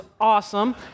awesome